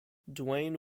dwayne